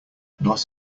not